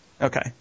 Okay